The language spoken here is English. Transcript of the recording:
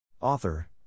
Author